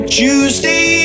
tuesday